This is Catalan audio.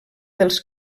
dels